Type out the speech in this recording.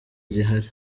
gihari